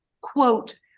Quote